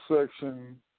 section